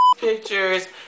pictures